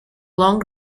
long